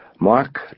Mark